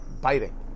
biting